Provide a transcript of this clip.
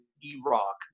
E-Rock